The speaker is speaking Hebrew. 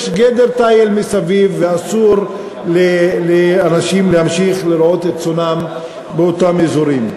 יש גדר תיל מסביב ואסור לאנשים לרעות את צאנם באותם אזורים.